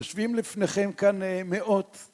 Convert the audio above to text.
יושבים לפניכם כאן מאות.